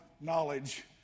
knowledge